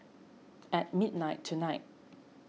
at midnight tonight